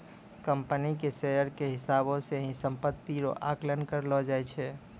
company के share के हिसाबौ से ही सम्पत्ति रो आकलन करलो जाय छै